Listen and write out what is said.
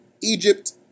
Egypt